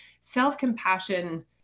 self-compassion